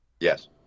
Yes